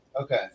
Okay